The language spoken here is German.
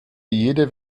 jede